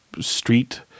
street